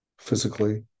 physically